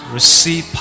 receive